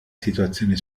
situazione